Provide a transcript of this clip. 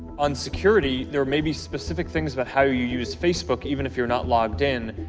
on security, there may be specific things about how you use facebook, even if you're not logged in,